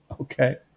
Okay